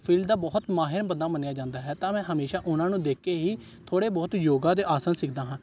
field ਦਾ ਬਹੁਤ ਮਾਹਿਰ ਬੰਦਾ ਮੰਨਿਆ ਜਾਂਦਾ ਹੈ ਤਾਂ ਮੈਂ ਹਮੇਸ਼ਾ ਉਹਨਾਂ ਨੂੰ ਦੇਖ ਕੇ ਹੀ ਥੋੜ੍ਹੇ ਬਹੁਤ ਯੋਗਾ ਦੇ ਆਸਣ ਸਿੱਖਦਾ ਹਾਂ